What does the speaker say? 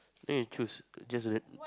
then you choose just ran